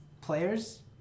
players